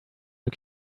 you